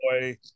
Boy